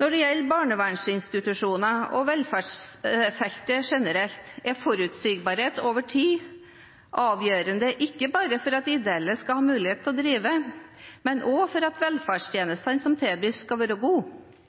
Når det gjelder barnevernsinstitusjoner og velferdsfeltet generelt, er forutsigbarhet over tid avgjørende ikke bare for at de ideelle skal ha mulighet til å drive, men også for at velferdstjenestene som tilbys, skal være gode.